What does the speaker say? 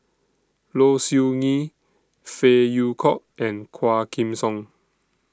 Low Siew Nghee Phey Yew Kok and Quah Kim Song